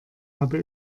habe